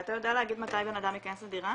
אתה יודע להגיד מתי בן אדם ייכנס לדירה?